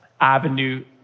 avenue